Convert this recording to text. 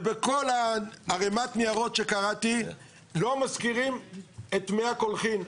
ובכל ערימת הניירות שקראתי לא מזכירים את מי הקולחין,